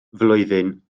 flwyddyn